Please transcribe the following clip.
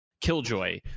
killjoy